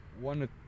one